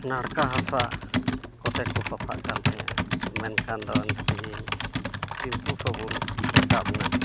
ᱱᱟᱲᱠᱟ ᱦᱟᱥᱟ ᱠᱚᱛᱮᱠᱚ ᱥᱟᱯᱷᱟᱜ ᱠᱟᱱ ᱛᱟᱦᱮᱸᱫᱼᱟ ᱢᱮᱱᱠᱷᱟᱱ ᱫᱚ ᱛᱤᱦᱤᱧ ᱥᱤᱢᱯᱩ ᱥᱟᱵᱚᱱ ᱨᱟᱠᱟᱵ ᱮᱱᱟ